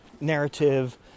narrative